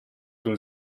toen